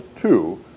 two